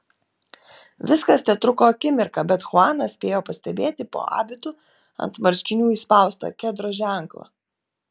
viskas tetruko akimirką bet chuanas spėjo pastebėti po abitu ant marškinių įspaustą kedro ženklą